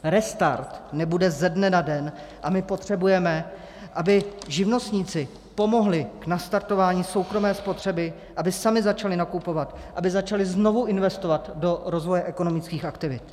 Restart nebude ze dne na den a my potřebujeme, aby živnostníci pomohli nastartování soukromé spotřeby, aby sami začali nakupovat, aby začali znovu investovat do rozvoje ekonomických aktivit.